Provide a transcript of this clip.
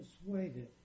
persuaded